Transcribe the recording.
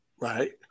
right